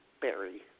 Berry